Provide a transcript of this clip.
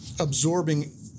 absorbing